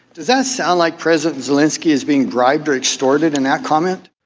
does that sound like president zelinsky is being bribed or extorted in that comment?